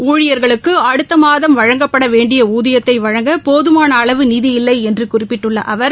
ஊழியர்களுக்கு அடுத்த மாதம் வழங்கப்பட வேண்டிய ஊதியத்தை வழங்க போதுமான அளவு நிதி இல்லை என்று குறிப்பிட்டுள்ள அவர்